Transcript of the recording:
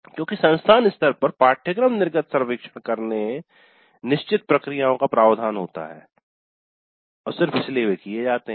क्योंकि संस्थान स्तर पर पाठ्यक्रम निर्गत सर्वेक्षण करने निश्चित प्रक्रियाओं का प्रावधान होता है सिर्फ इसलिए वे किये जाते है